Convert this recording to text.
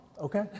okay